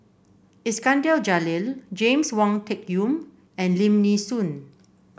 Iskandar Jalil James Wong Tuck Yim and Lim Nee Soon